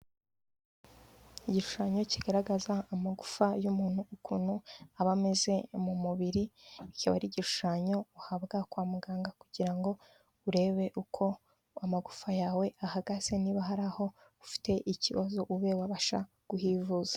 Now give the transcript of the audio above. Igishushanyo kigaragaza amagufa y'umuntu ukuntu aba ameze mu mubiri, akaba ari igishushanyo uhabwa kwa muganga kugira ngo urebe uko amagufa yawe ahagaze, niba hari aho ufite ikibazo ube wabasha kuhivuza.